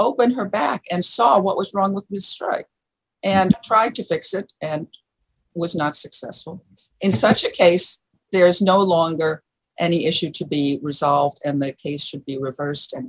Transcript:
open her back and saw what was wrong with strike and tried to fix it and was not successful in such a case there is no longer any issue to be resolved and the case should be reversed